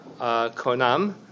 Konam